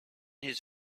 his